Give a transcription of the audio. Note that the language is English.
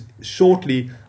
shortly